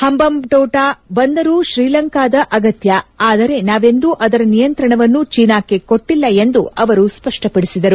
ಹಂಬಂಟೋಟಾ ಬಂದರು ಶ್ರೀಲಂಕಾದ ಅಗತ್ಯ ಆದರೆ ನಾವೆಂದೂ ಅದರ ನಿಯಂತ್ರಣವನ್ನು ಚೀನಾಕ್ಕೆ ಕೊಟ್ಟಲ್ಲ ಎಂದು ಅವರು ಸ್ಪಷ್ಟಪಡಿಸಿದರು